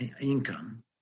income